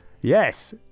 yes